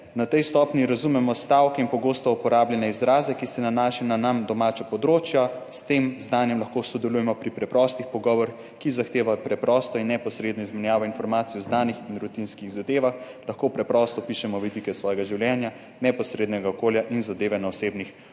»Na tej stopnji razumemo stavke in pogosto uporabljene izraze, ki se nanašajo na nam domača področja. S tem znanjem lahko sodelujemo pri preprostih pogovorih, ki zahtevajo preprosto in neposredno izmenjavo informacij o znanih in rutinskih zadevah, lahko preprosto opišemo vidike svojega življenja, neposrednega okolja in zadeve na osebnih